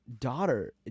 daughter